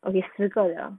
okay 四个我要